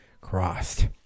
crossed